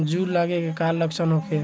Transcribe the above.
जूं लगे के का लक्षण का होखे?